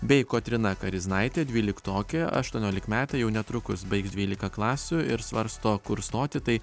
bei kotryna kariznaitė dvyliktokė aštuoniolikmetė jau netrukus baigs dvylika klasių ir svarsto kur stoti tai